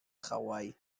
hawaii